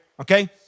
okay